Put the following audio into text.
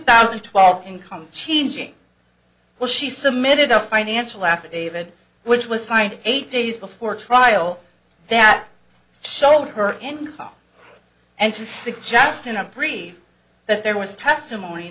thousand and twelve income changing well she submitted a financial affidavit which was signed eight days before trial that showed her income and to suggest in a brief that there was testimony